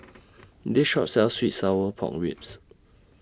This Shop sells Sweet and Sour Pork Ribs